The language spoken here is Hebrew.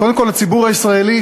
קודם כול לציבור הישראלי,